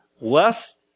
Less